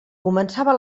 començava